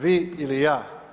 Vi ili ja?